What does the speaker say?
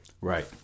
Right